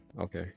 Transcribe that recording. Okay